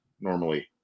normally